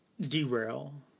Derail